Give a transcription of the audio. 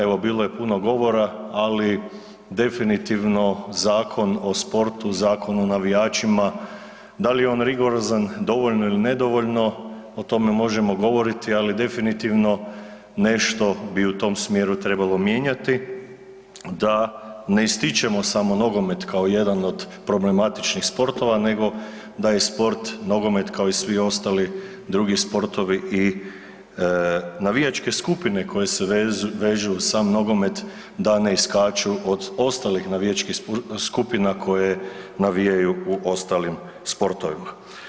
Evo, bilo je puno govora, ali definitivno Zakon o sportu, Zakon o navijačima, da li je on rigorozan dovoljno ili nedovoljno o tome možemo govoriti, ali definitivno nešto bi u tom smjeru trebalo mijenjati da ne ističemo samo nogomet kao jedan od problematičnih sportova, nego da je sport nogomet kao i svi ostali drugi sportovi i navijačke skupine koje se vežu uz sam nogomet da ne iskaču od ostalih navijačkih skupina koje navijaju u ostalim sportovima.